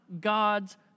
God's